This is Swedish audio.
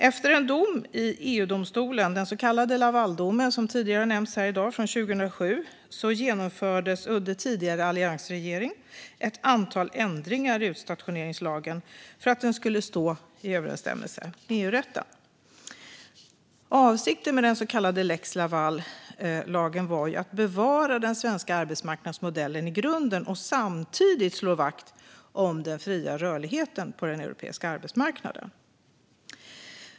Efter en dom i EU-domstolen - den så kallade Lavaldomen från 2007, som har nämnts här tidigare i dag - genomfördes under den tidigare alliansregeringen ett antal ändringar i utstationeringslagen för att den skulle stå i överensstämmelse med EU-rätten. Avsikten med den så kallade lex Laval var att bevara den svenska arbetsmarknadsmodellen i grunden och samtidigt slå vakt om den fria rörligheten på den europeiska arbetsmarknaden.